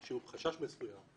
זו חובת דיווח מכוח החוק.